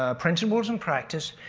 ah principles and practice.